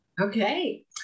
Okay